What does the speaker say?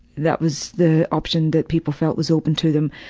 that was the option that people felt was open to them.